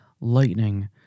Lightning